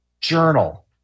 journal